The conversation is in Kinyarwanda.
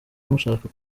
mushaka